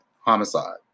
Homicide